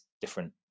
different